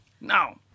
Now